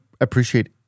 appreciate